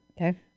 Okay